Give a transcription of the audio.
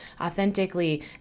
authentically